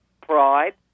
pride